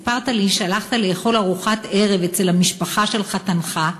סיפרת לי שהלכת לאכול ארוחת ערב אצל המשפחה של חתנך.